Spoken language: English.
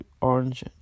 orange